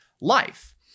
life